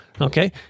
Okay